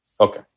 Okay